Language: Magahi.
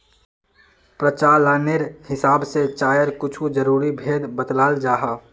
प्रचालानेर हिसाब से चायर कुछु ज़रूरी भेद बत्लाल जाहा